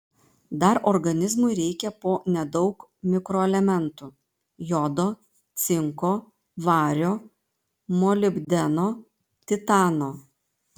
dar organizmui reikia po nedaug mikroelementų jodo cinko vario molibdeno titano